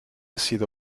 sido